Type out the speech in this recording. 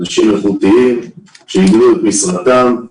הם אנשים איכותיים שאבדו את משרתם,